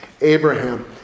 Abraham